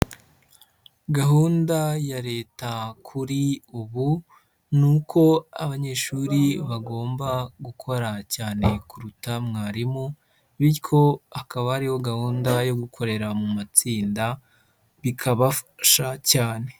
Gahunda ya Leta kuri ubu ni uko abanyeshuri bagomba gukora cyane kuruta mwarimu bityo akaba ariyo gahunda yo gukorera mu matsinda bikabafasha cyane.